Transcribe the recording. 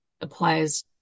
applies